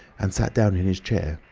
and sat down in his chair.